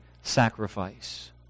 sacrifice